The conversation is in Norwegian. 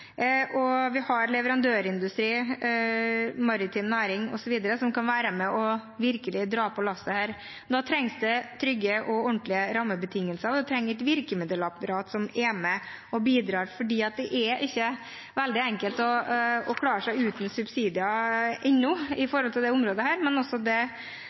Og vi har leverandørindustri, maritim næring osv. som kan være med og virkelig dra lasset her. Men da trengs det trygge og ordentlige rammebetingelser, og det trengs et virkemiddelapparat som er med og bidrar. Det er ikke veldig enkelt å klare seg uten subsidier på dette området ennå, men også det